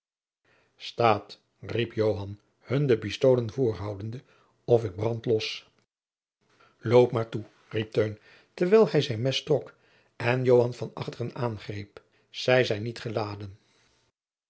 staat riep joan hun de pistoolen voorhoudende of ik brand los loopt maar toe riep teun terwijl hij zijn mes trok en joan van achteren aangreep zij zijn niet eladen